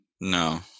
No